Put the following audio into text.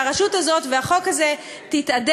והרשות הזאת והחוק הזה יתאדו,